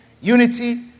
unity